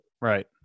Right